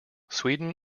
sweden